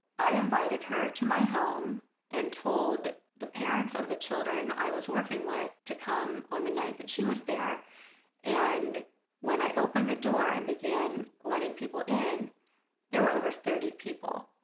i invited her to my home and told the parents of the children i was working with to come on the night that she was there and when i opened the door and began letting people in there were over thirty people.